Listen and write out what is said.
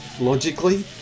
logically